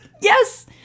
Yes